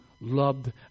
loved